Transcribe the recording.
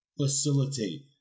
Facilitate